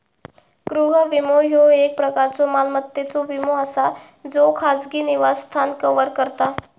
गृह विमो, ह्यो एक प्रकारचो मालमत्तेचो विमो असा ज्यो खाजगी निवासस्थान कव्हर करता